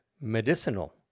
medicinal